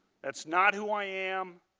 that is not who i am.